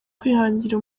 kwihangira